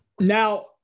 Now